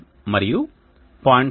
1 మరియు 0